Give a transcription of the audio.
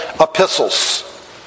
epistles